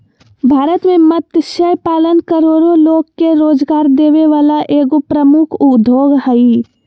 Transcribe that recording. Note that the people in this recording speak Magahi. भारत में मत्स्य पालन करोड़ो लोग के रोजगार देबे वला एगो प्रमुख उद्योग हइ